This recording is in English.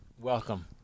welcome